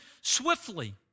swiftly